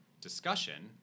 discussion